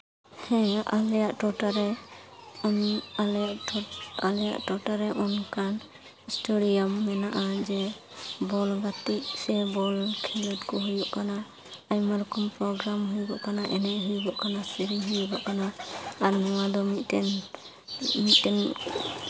ᱦᱮᱸ ᱟᱞᱮᱭᱟᱜ ᱴᱚᱴᱷᱟᱨᱮ ᱟᱞᱮᱭᱟᱜ ᱟᱞᱮᱭᱟᱜ ᱴᱚᱴᱷᱟᱨᱮ ᱚᱱᱠᱟᱱ ᱥᱴᱮᱰᱤᱭᱟᱢ ᱢᱮᱱᱟᱜᱼᱟ ᱡᱮ ᱵᱚᱞ ᱜᱟᱛᱮᱜ ᱥᱮ ᱵᱚᱞ ᱠᱷᱮᱞᱚᱸᱰ ᱠᱚ ᱦᱩᱭᱩᱜ ᱠᱟᱱᱟ ᱟᱭᱢᱟ ᱨᱚᱠᱚᱢ ᱯᱨᱳᱜᱽᱨᱟᱢ ᱦᱩᱭᱩᱜᱚᱜ ᱠᱟᱱᱟ ᱮᱱᱮᱡ ᱦᱩᱭᱩᱜᱚᱜ ᱠᱟᱱᱟ ᱥᱮᱨᱮᱧ ᱦᱩᱭᱩᱜᱚᱜ ᱠᱟᱱᱟ ᱟᱨ ᱱᱚᱣᱟ ᱫᱚ ᱢᱤᱫᱴᱮᱱ ᱢᱤᱫᱴᱮᱱ